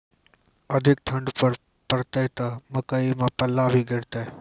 अधिक ठंड पर पड़तैत मकई मां पल्ला भी गिरते?